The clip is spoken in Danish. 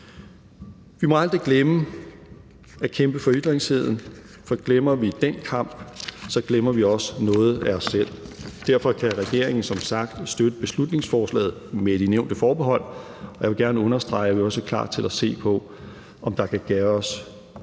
Vi må aldrig glemme at kæmpe for ytringsfriheden, for glemmer vi den kamp, så glemmer vi også noget af os selv. Og derfor kan regeringen som sagt støtte beslutningsforslaget – med de nævnte forbehold. Og jeg vil gerne understrege, at vi også er klar til at se på, om der kan gøres